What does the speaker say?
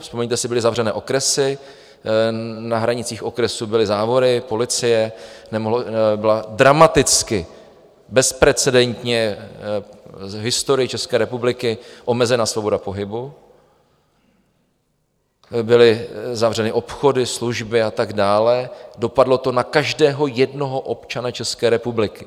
Vzpomeňte si, byly zavřené okresy, na hranicích okresů byly závory, policie, byla dramaticky, bezprecedentně v historii České republiky omezena svoboda pohybu, byly zavřeny obchody, služby a tak dále, dopadlo to na každého jednoho občana České republiky.